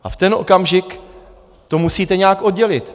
A v ten okamžik to musíte nějak oddělit.